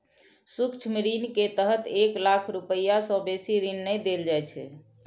सूक्ष्म ऋण के तहत एक लाख रुपैया सं बेसी ऋण नै देल जाइ छै